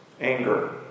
Anger